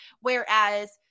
whereas